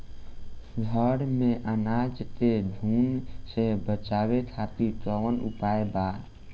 घर में अनाज के घुन से बचावे खातिर कवन उपाय बा?